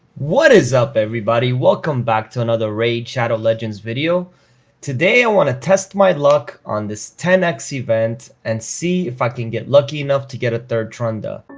what is up, everybody? welcome back to another raid shadow legends video today i want to test my luck on this ten x event and see if i can get lucky enough to get a third trunda